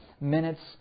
minutes